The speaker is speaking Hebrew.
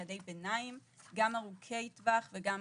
יעדי ביניים גם ארוכי טווח וגם